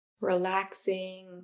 relaxing